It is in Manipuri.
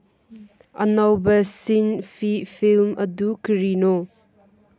ꯑꯅꯧꯕ ꯁꯤꯟ ꯐꯤ ꯐꯤꯜꯝ ꯑꯗꯨ ꯀꯔꯤꯅꯣ